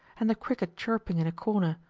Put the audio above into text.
and the cricket chirping in a corner,